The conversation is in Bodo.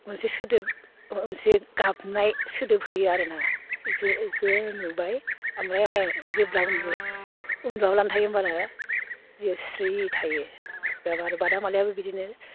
मोनसे सोदोब मोनसे गाबनाय सोदोब होयो आरो ना इखो इखो नुबाय ओमफ्राय आरो जेब्ला उन्दुलाङो उन्दुयालाबानो थायो इयो स्रि थायो आरो बादामालियाबो बिदिनो